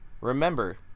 remember